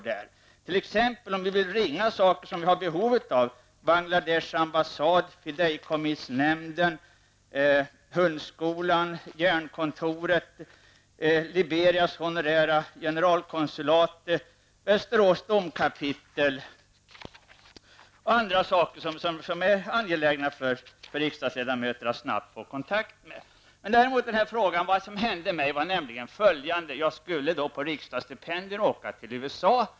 Där finns bl.a. information om telefonnummer till Bangladesh ambassad, fideikommissnämnden, hundskolan, Jernkontoret, Liberias honorära generalkonsulat, Västerås domkapitel och andra ställen som är angelägna för riksdagsledamöter att få kontakt med. Vad som hände mig var nämligen följande. Jag skulle på riksdagens stipendium åka till USA.